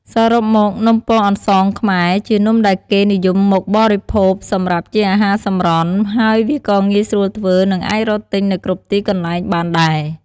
សរុបមកនំពងអន្សងខ្មែរជានំដែលគេនិយមកបរិភោគ សម្រាប់ជាអាហារសម្រន់ ហើយវាក៏ងាយស្រួលធ្វើ និងអាចរកទិញនៅគ្រប់ទីកន្លែងបានដែរ។